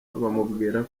bamubwira